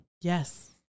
Yes